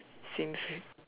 seems real